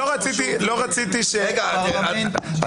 צ'ה גווארה.